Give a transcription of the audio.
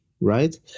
right